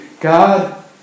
God